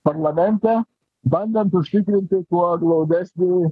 parlamente bandant užtikrinti kuo glaudesnį